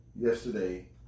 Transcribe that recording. yesterday